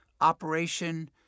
operation